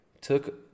took